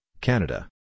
Canada